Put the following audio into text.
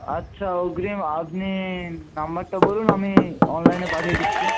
আচ্ছা অগ্রিম আপনি নাম্বারটা বলুন আমি অনলাইনে পাঠিয়ে দিচ্ছি